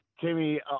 Timmy